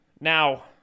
Now